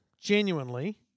genuinely